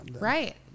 Right